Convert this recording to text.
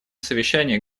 совещании